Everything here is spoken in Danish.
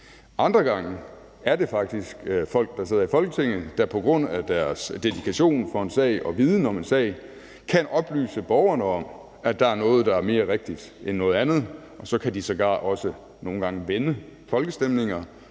Andre gange er det faktisk folk, der sidder i Folketinget, der på grund af deres dedikation for en sag og viden om en sag kan oplyse borgerne om, der er noget, der er mere rigtigt end noget andet, og så kan de sågar også nogle gange vende folkestemninger